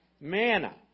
Manna